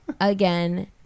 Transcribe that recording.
again